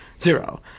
Zero